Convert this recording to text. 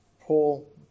Paul